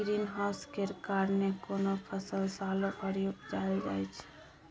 green house केर कारणेँ कोनो फसल सालो भरि उपजाएल जाइ छै